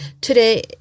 today